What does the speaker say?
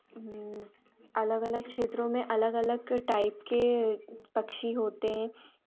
अलग अलग क्षेत्रों में अलग अलग टाइप के पक्षी होते हैं